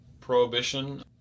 Prohibition